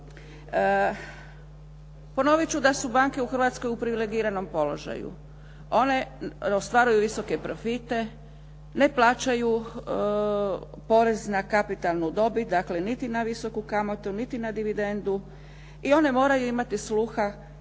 Ponoviti ću da su banke u Hrvatskoj u privilegiranom položaju. One ostvaruju visoke profite, ne plaćaju porez na kapitalnu dobit. Dakle, niti na visoku kamatu, niti na dividendu i one moraju imati sluha